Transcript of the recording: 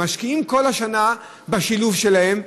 משקיעים כל השנה בשילוב שלהם,